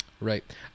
Right